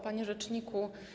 Panie Rzeczniku!